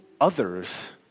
others